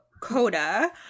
Coda